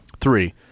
Three